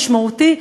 משמעותי,